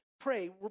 Pray